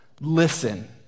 listen